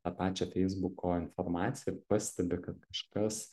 tą pačią feisbuko informaciją ir pastebi kad kažkas